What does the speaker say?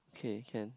K can